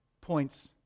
points